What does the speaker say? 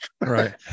Right